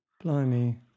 Blimey